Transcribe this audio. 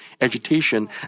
agitation